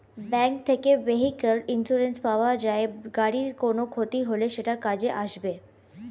bank থেকে vehicle insurance পাওয়া যায়, গাড়ির কোনো ক্ষতি হলে সেটা কাজে আসবে